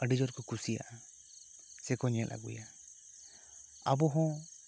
ᱟᱹᱰᱤ ᱡᱩᱨ ᱠᱚ ᱠᱩᱥᱤᱭᱟᱜᱼᱟ ᱥᱮ ᱠᱚ ᱧᱮᱞ ᱟᱹᱜᱩᱭᱟ ᱟᱵᱚ ᱦᱚᱸ